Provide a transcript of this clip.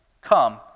come